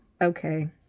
okay